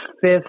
fifth